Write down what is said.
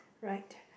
right